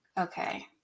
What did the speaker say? okay